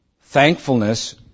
Thankfulness